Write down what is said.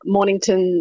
Mornington